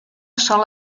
sola